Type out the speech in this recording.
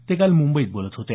ते काल मुंबईत बोलत होते